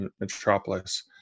metropolis